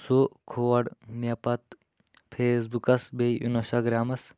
سُہ کھول مےٚ پَتہٕ فیس بُکَس بیٚیہِ اِنسٹاگرٛامَس